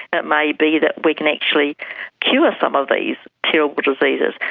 but may be that we can actually cure some of these terrible diseases.